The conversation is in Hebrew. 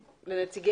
וגדולות.